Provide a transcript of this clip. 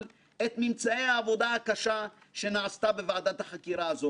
את ממצאי העבודה הקשה שנעשתה בוועדת חקירה זו.